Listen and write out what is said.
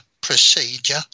procedure